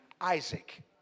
Isaac